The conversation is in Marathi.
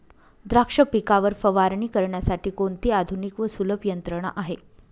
द्राक्ष पिकावर फवारणी करण्यासाठी कोणती आधुनिक व सुलभ यंत्रणा आहे?